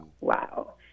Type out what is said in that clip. wow